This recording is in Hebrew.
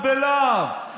שפת ביבים, אתה תשתוק, לא אני.